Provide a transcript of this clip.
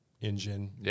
engine